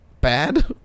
Bad